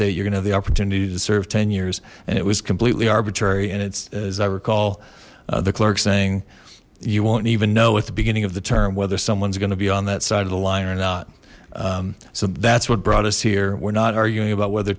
date you're gonna have the opportunity to serve ten years and it was completely arbitrary and it's as i recall the clerk saying you won't even know at the beginning of the term whether someone's going to be on that side of the line or not so that's what brought us here we're not arguing about whether